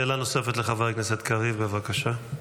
שאלה נוספת, לחבר הכנסת קריב, בבקשה.